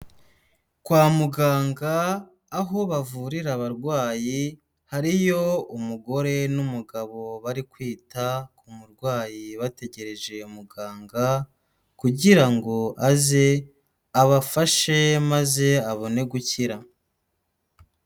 Kwa muganga, aho bavurira abarwayi hariyo umugore n'umugabo bari kwita ku murwayi bategereje muganga kugira ngo aze abafashe maze abone gukira.